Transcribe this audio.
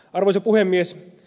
arvoisa puhemies